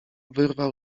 wyrwał